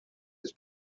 its